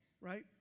right